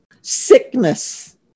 sickness